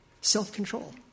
Self-control